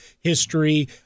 History